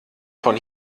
von